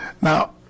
now